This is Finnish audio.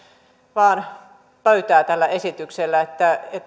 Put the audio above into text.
vain pöytää tällä esityksellä